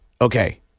Okay